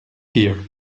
here